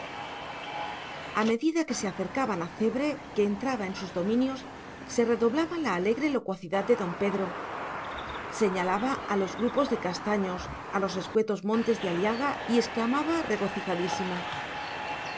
a medida que se acercaban a cebre que entraba en sus dominios se redoblaba la alegre locuacidad de don pedro señalaba a los grupos de castaños a los escuetos montes de aliaga y exclamaba